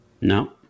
No